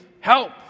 Help